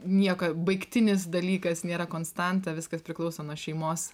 nieko baigtinis dalykas nėra konstanta viskas priklauso nuo šeimos